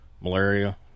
malaria